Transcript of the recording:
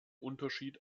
unterschied